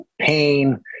pain